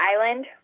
Island